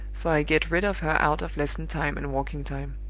for i get rid of her out of lesson time and walking time.